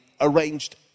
arranged